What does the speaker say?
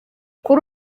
kuri